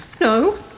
No